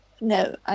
no